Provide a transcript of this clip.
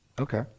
Okay